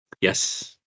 Yes